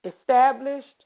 established